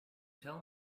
tell